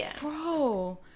bro